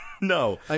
No